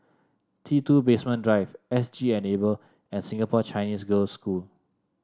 T two Basement Drive SG Enable and Singapore Chinese Girls' School